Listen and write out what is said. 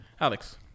Alex